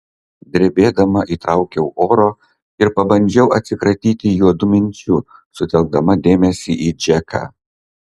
drebėdama įtraukiau oro ir pabandžiau atsikratyti juodų minčių sutelkdama dėmesį į džeką